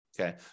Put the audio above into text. Okay